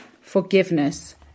forgiveness